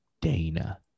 Dana